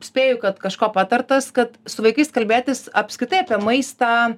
spėju kad kažko patartas kad su vaikais kalbėtis apskritai apie maistą